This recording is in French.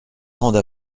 grande